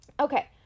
Okay